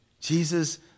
Jesus